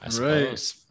right